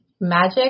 Magic